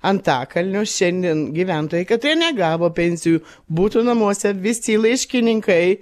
antakalnio šiandien gyventojai katrie negavo pensijų būtų namuose visi laiškininkai